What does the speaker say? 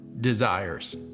desires